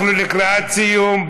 אנחנו לקראת סיום,